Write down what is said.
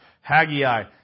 Haggai